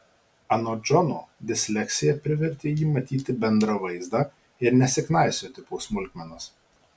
anot džono disleksija privertė jį matyti bendrą vaizdą ir nesiknaisioti po smulkmenas